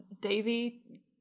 Davy